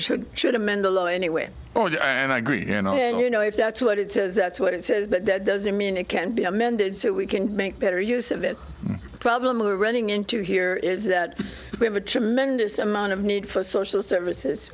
should should amend the law anyway and i agree you know if that's what it says that's what it says but that doesn't mean it can't be amended so we can make better use of it the problem we're running into here is that we have a tremendous amount of need for social services